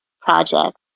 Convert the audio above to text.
project